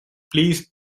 place